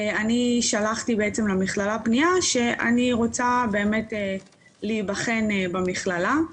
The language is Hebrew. אני שלחתי למכללה פנייה שאני רוצה להיבחן במכללה.